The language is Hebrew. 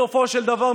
בסופו של דבר,